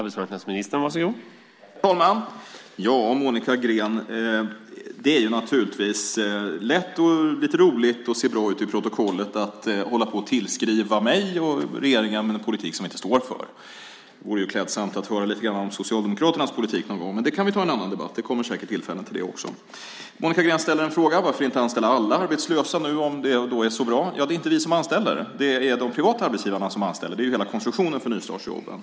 Herr talman! Det är naturligtvis lätt, Monica Green, lite roligt och ser bra ut i protokollet att hålla på och tillskriva mig och regeringen en politik som vi inte står för. Det vore klädsamt att få höra lite grann om Socialdemokraternas politik. Men det kan vi ta i en annan debatt. Det kommer säkert tillfällen till det också. Monica Green ställde en fråga: Varför inte anställa alla arbetslösa om det är så bra? Det är inte vi som anställer. Det är de privata arbetsgivarna som anställer. Det är hela konstruktionen för nystartsjobben.